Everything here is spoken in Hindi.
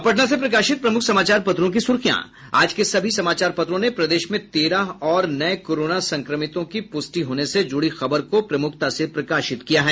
अब पटना से प्रकाशित प्रमुख समाचार पत्रों की सुर्खियां आज के सभी समाचार पत्रों ने प्रदेश में तेरह और नये कोरोना संक्रमित की प्रष्टि होने से जुड़ी खबर को प्रमुखता से प्रकाशित किया है